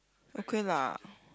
okay lah